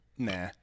Nah